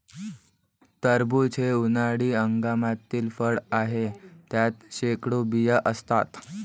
टरबूज हे उन्हाळी हंगामातील फळ आहे, त्यात शेकडो बिया असतात